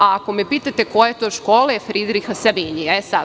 Ako me pitate koja je to škola, Fridriha Savinjija.